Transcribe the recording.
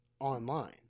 online